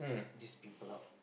these people out